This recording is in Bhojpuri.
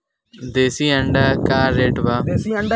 देशी अंडा का रेट बा?